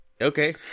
Okay